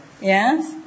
yes